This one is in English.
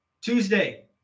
Tuesday